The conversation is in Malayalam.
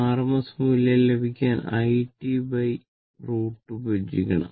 ആ r RMS മൂല്യം ലഭിക്കാൻ iT √2 വിഭജിക്കണം